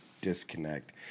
disconnect